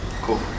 Cool